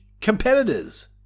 competitors